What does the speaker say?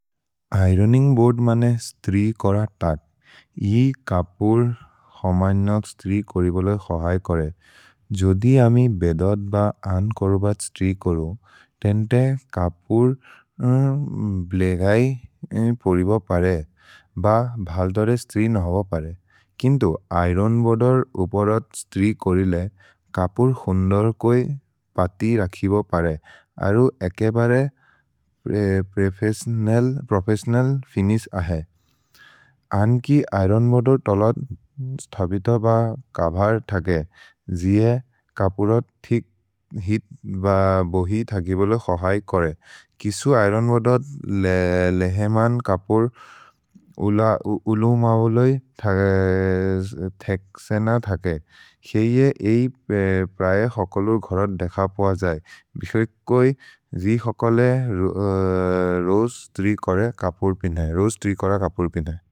Ironing board मने स्त्रि कोर तक्। इ कपुर् होमैनक् स्त्रि कोरि बोले क्सहै कोरे। जोदि अमि बेदद् ब अन् कोरोबत् स्त्रि कोरो, तेन्ते कपुर् ब्लेगै पोरिब परे ब भल्तरे स्त्रि नहोब परे। किन्तो ऐरोन् बोदर् उपरद् स्त्रि कोरिले, कपुर् होन्दोर्कोइ पति रखिबो परे, अरु एके बरे प्रेफेस्सिओनल् फिनिश् अहे। अन्कि ऐरोन् बोदर् तलद् स्थबित ब कभर् थगे, जिए कपुरद् थिक् हित् ब बोहि थगि बोले क्सहै कोरे। किसु ऐरोन् बोदर् लेहेमन् कपुर् उलु मबोले थेग्से न थगे, क्सेइए एइ प्रए हकलुर् घोरद् देख प जै। भिहर्कोइ जि हकले रोज् स्त्रि कोर कपुर् पिन्दै, रोज् स्त्रि कोर कपुर् पिन्दै।